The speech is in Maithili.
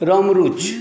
रामरुचि